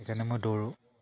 সেইকাৰণে মই দৌৰোঁ